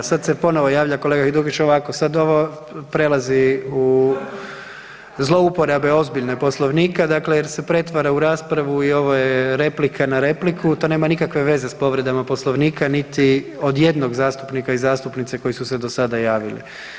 A sada se ponovo javlja kolega Hajduković, ovako sad ovo prelazi u zlouporabe ozbiljne Poslovnika, dakle jer se pretvara u raspravu i ovo je replika na repliku, to nema nikakve veze s povredama Poslovnika niti od jednog zastupnika i zastupnice koji su se do sada javili.